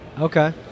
Okay